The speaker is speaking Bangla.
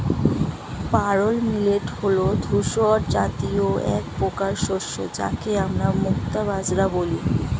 পার্ল মিলেট হল ধূসর জাতীয় একপ্রকার শস্য যাকে আমরা মুক্তা বাজরা বলি